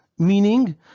meaning